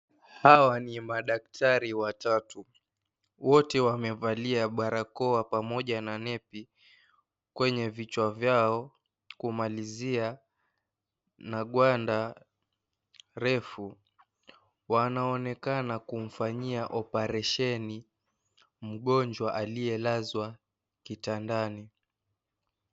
Hawa ni madakitari watatu, wote wamevalia barakoa pamoja na nepi kwenye vichwa vyao kumalizia na gwanda refu. Wanaonekana kumfanyia oparisheni mgonjwa aliyelazwa kitandani.